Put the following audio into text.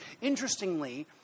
interestingly